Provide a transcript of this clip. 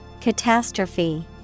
Catastrophe